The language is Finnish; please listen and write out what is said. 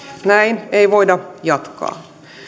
näin ei voida jatkaa